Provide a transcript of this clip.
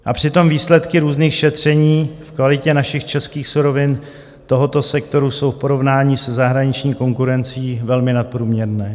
A přitom výsledky různých šetření v kvalitě našich českých surovin tohoto sektoru jsou v porovnání se zahraniční konkurencí velmi nadprůměrné.